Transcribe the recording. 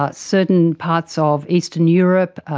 but certain parts ah of eastern europe,